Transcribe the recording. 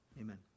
amen